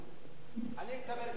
אני מקבל את